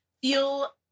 feel